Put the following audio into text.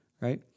right